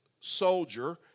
soldier